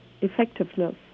effectiveness